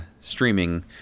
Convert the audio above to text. streaming